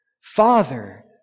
Father